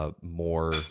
more